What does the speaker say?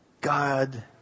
God